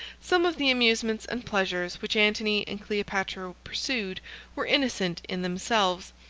some of the amusements and pleasures which antony and cleopatra pursued were innocent in themselves,